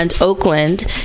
Oakland